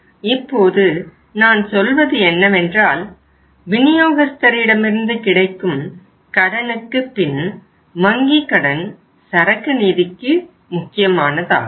இப்போது நான் சொல்வது என்னவென்றால் விநியோகஸ்தரிடமிருந்து கிடைக்கும் கடனுக்குப்பின் வங்கி கடன் சரக்கு நிதிக்கு முக்கியமானதாகும்